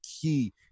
key